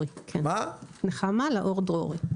נחמה לאור דרורי,